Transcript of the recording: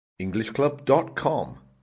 Englishclub.com